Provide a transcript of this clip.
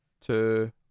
two